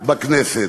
בכנסת.